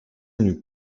une